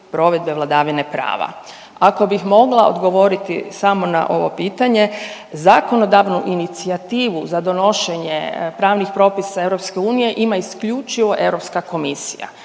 Ako bih mogla odgovoriti samo na ovo pitanje, zakonodavnu inicijativu za donošenje pravnih propisa EU ima isključivo Europska komisija.